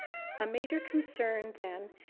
a major concern, then,